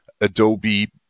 Adobe